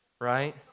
right